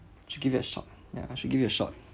should give it a shot ya you should give it a shot